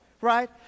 right